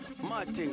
Martin